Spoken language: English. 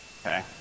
Okay